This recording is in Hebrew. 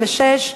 56)